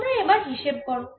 তোমরা এবার হিসেব করো